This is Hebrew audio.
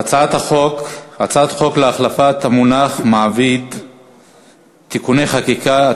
הצעת חוק להחלפת המונח מעביד (תיקוני חקיקה),